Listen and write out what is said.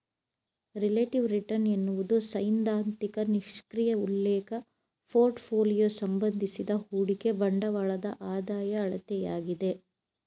relative return ಎನ್ನುವುದು ಸೈದ್ಧಾಂತಿಕ ನಿಷ್ಕ್ರಿಯ ಉಲ್ಲೇಖ ಪೋರ್ಟ್ಫೋಲಿಯೋ ಸಂಬಂಧಿಸಿದ ಹೂಡಿಕೆ ಬಂಡವಾಳದ ಆದಾಯ ಅಳತೆಯಾಗಿದೆ